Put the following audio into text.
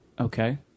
okay